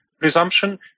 presumption